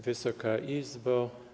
Wysoka Izbo!